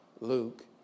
Luke